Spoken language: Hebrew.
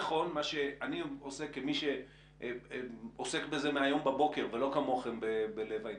כמי שעוסק בזה מהבוקר ולא כמוכם בלב העניין,